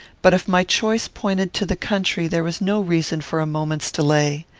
but, if my choice pointed to the country, there was no reason for a moment's delay.